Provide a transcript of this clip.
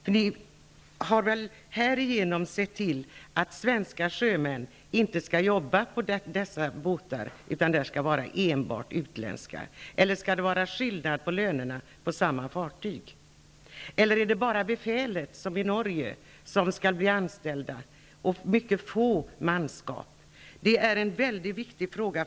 Härigenom har man sett till att svenska sjömän inte skall jobba på dessa båtar, utan där skall det vara enbart utländsk besättning. Eller skall det vara skillnader i löner på samma fartyg? Eller skall det vara som i Norge, där bara befälet har norsk anställning och manskapet består av några få? Detta är en väldigt viktig fråga.